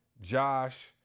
Josh